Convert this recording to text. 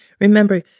Remember